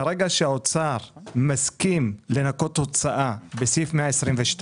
כרגע, כשהאוצר מסכים לנקות הוצאה, בסעיף 122